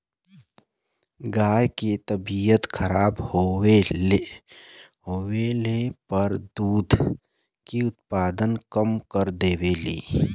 गाय के तबियत खराब होले पर दूध के उत्पादन कम कर देवलीन